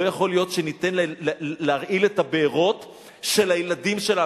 לא יכול להיות שניתן להרעיל את הבארות של הילדים שלנו.